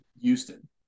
Houston